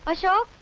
ah shall